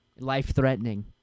Life-threatening